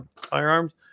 Firearms